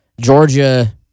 Georgia